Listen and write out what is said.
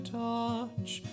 touch